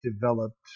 developed